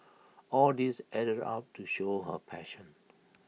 all these added up to show her passion